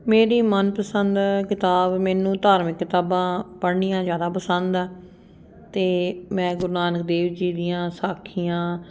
ਮੇਰੀ ਮਨ ਪਸੰਦ ਕਿਤਾਬ ਮੈਨੂੰ ਧਾਰਮਿਕ ਕਿਤਾਬਾਂ ਪੜ੍ਹਨੀਆਂ ਜ਼ਿਆਦਾ ਪਸੰਦ ਆ ਅਤੇ ਮੈਂ ਗੁਰੂ ਨਾਨਕ ਦੇਵ ਜੀ ਦੀਆਂ ਸਾਖੀਆਂ